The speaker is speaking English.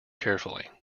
carefully